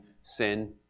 sin